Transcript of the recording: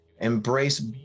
embrace